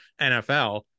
NFL